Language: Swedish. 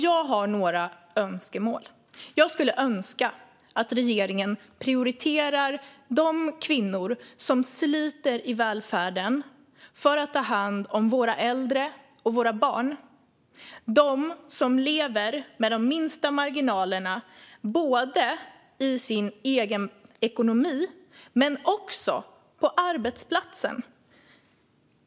Jag har några önskemål. Jag önskar att regeringen prioriterar de kvinnor som sliter i välfärden för att ta hand om våra äldre och våra barn, de som lever med de minsta marginalerna både i sin egen ekonomi och på arbetsplatsen.